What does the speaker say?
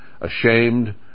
ashamed